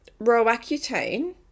Roaccutane